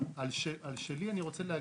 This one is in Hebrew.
על שלי אני רוצה לדבר,